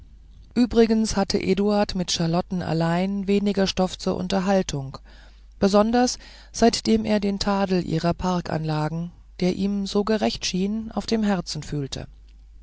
übrigens hatte eduard mit charlotten allein weniger stoff zur unterhaltung besonders seitdem er den tadel ihrer parkanlagen der ihm so gerecht schien auf dem herzen fühlte